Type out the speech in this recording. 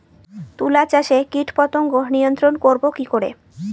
তুলা চাষে কীটপতঙ্গ নিয়ন্ত্রণর করব কি করে?